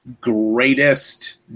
greatest